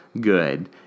good